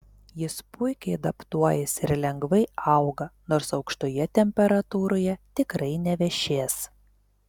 jis puikiai adaptuojasi ir lengvai auga nors aukštoje temperatūroje tikrai nevešės